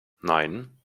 nein